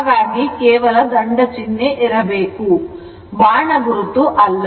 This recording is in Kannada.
ಹಾಗಾಗಿ ಕೇವಲ ದಂಡ ಚಿಹ್ನೆ ಇರಬೇಕು ಬಾಣ ಗುರುತು ಅಲ್ಲ